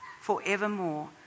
forevermore